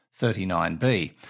39b